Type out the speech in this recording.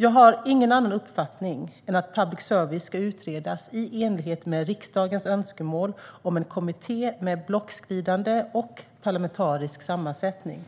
Jag har ingen annan uppfattning än att public service ska utredas i enlighet med riksdagens önskemål om en kommitté med blocköverskridande och parlamentarisk sammansättning.